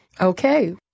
Okay